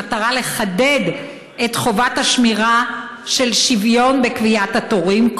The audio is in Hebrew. במטרה לחדד את חובת השמירה של שוויון בקביעת התורים.